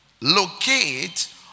Locate